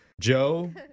Joe